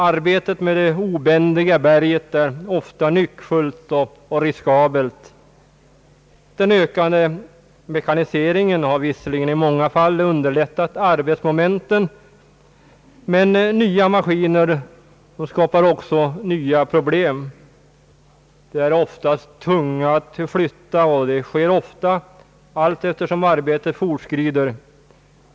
Arbetet med det obändiga berget är ofta nyckfullt och riskabelt. Den ökande mekaniseringen har visserligen i många fall underlättat arbetsmomenten, men nya maskiner skapar också nya problem. De är ofta tunga att flytta, och de måste ofta flyttas allteftersom arbetet fortskrider.